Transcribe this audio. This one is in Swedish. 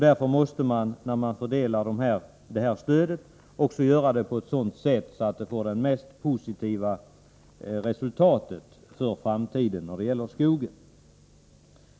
Därför måste man när man fördelar stödet också göra det på ett sådant sätt att det får det mest positiva resultatet för framtiden när det gäller skogen.